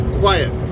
quiet